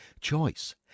choice